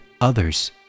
others